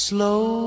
Slow